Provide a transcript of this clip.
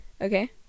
Okay